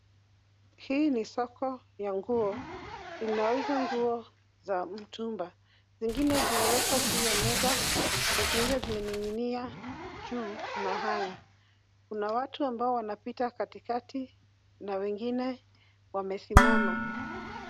Hii ni soko ya nguo, inauza nguo za mitumba. Zingine zimewekwa juu ya meza na zingine zimening'inia juu na hanger .Kuna watu ambao wanapita katikati na wengine wamesimama.